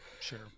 Sure